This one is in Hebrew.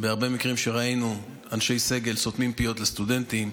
הרבה מקרים שראינו שאנשי סגל סותמים פיות לסטודנטים.